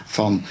van